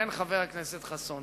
כן, חבר הכנסת חסון.